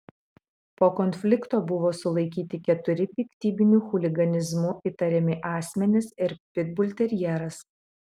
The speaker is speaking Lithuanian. po konflikto buvo sulaikyti keturi piktybiniu chuliganizmu įtariami asmenys ir pitbulterjeras